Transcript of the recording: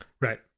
Right